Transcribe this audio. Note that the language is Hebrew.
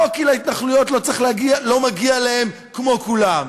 לא כי להתנחלויות לא מגיע כמו לכולם,